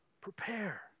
prepare